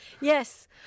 Yes